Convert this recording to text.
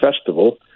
festival